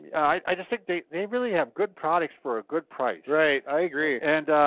i just think they they really have good products for a good price. right, i agree. and,